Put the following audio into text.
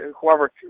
whoever